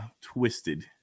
twisted